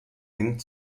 eng